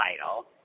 title